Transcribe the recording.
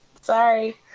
Sorry